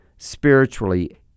spiritually